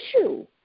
issue